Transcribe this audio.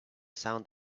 sound